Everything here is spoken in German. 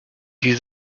die